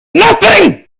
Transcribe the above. nothing